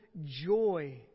joy